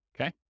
okay